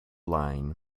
line